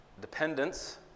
dependence